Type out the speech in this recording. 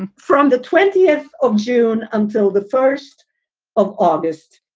and from the twentieth of june until the first of august.